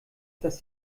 dass